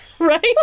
Right